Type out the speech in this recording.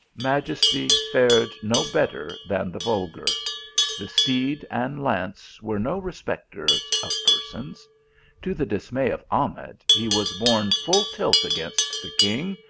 majesty fared no better than the vulgar the steed and lance were no respecters of persons to the dismay of ahmed, he was borne full tilt against the king,